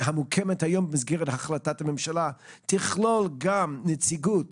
המוקמת היום בהחלטת הממשלה תכלול גם נציגות